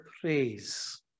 praise